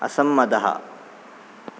असम्मतः